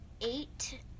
eight